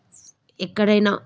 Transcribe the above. ఎక్కడైనా